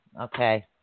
Okay